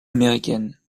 américaine